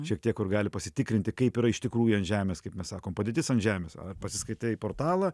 šiek tiek kur gali pasitikrinti kaip yra iš tikrųjų ant žemės kaip mes sakom padėtis ant žemės ar pasiskaitai portalą